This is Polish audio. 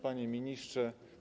Panie Ministrze!